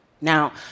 Now